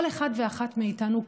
כל אחד ואחת מאיתנו,